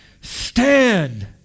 stand